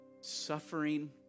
Suffering